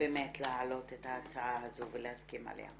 להעלות את ההצעה הזו ולהסכים עליה.